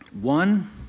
One